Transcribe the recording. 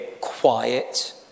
quiet